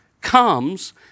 comes